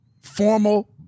formal